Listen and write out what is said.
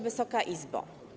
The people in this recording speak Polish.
Wysoka Izbo!